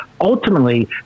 ultimately